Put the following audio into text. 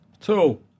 Two